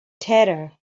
terror